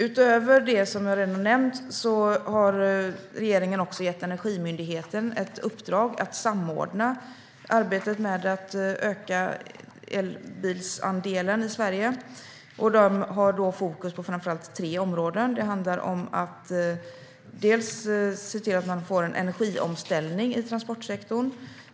Utöver det som jag redan har nämnt har regeringen också gett Energimyndigheten ett uppdrag att samordna arbetet med att öka elbilsandelen i Sverige. De har då fokus på framför allt tre områden. Det handlar om att se till att man får en energiomställning i transportsektorn.